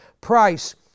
price